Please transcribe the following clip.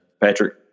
patrick